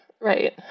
right